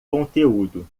conteúdo